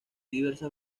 diversas